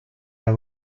alla